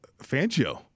Fangio